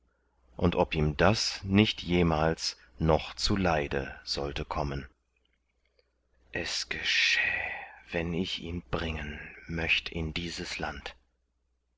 und ob ihm das nicht jemals noch zuleide sollte kommen es geschäh wenn ich ihn bringen möcht in dieses land